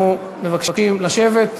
אנחנו מבקשים לשבת.